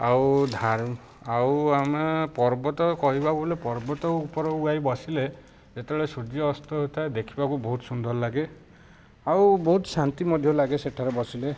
ଆଉ ଆଉ ଆମେ ପର୍ବତ କହିବାକୁ ବୋଲେ ପର୍ବତ ଉପରକୁ ଯାଇ ବସିଲେ ଯେତେବେଳେ ସୂର୍ଯ୍ୟ ଅସ୍ତ ହୋଇଥାଏ ଦେଖିବାକୁ ବହୁତ ସୁନ୍ଦର ଲାଗେ ଆଉ ବହୁତ ଶାନ୍ତି ମଧ୍ୟ ଲାଗେ ସେଠାରେ ବସିଲେ